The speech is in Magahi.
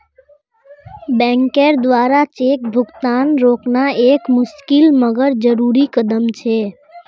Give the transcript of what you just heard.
बैंकेर द्वारा चेक भुगतान रोकना एक मुशिकल मगर जरुरी कदम छे